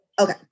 Okay